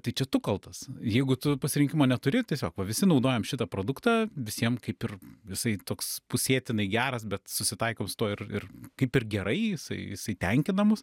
tai čia tu kaltas jeigu tu pasirinkimo neturi tiesiog vat visi naudojam šitą produktą visiem kaip ir jisai toks pusėtinai geras bet susitaikom su tuo ir ir kaip ir gerai jisai jisai tenkina mus